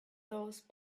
those